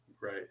Right